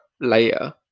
layer